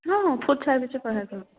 অঁঁ ফুড চাৰ্ভিছো কৰোঁ